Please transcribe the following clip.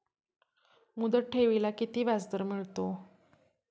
मुदत ठेवीला किती व्याजदर मिळतो?